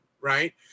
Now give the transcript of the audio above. right